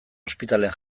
ospitalean